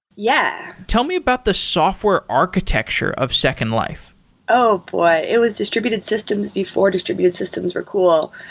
yeah tell me about the software architecture of second life oh, boy. it was distributed systems before distributed systems were cool.